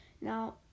now